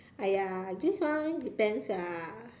!aiya! this one depends lah